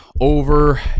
over